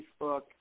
Facebook